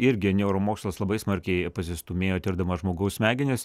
irgi neuromokslas labai smarkiai pasistūmėjo tirdamas žmogaus smegenis